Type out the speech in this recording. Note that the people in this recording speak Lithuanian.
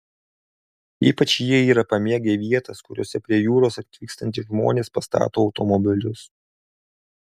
ypač jie yra pamėgę vietas kuriose prie jūros atvykstantys žmones pastato automobilius